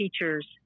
teachers